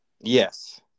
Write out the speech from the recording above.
Yes